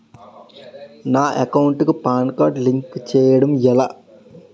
నా అకౌంట్ కు PAN card link చేయడం ఎలా?